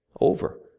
over